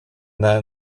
that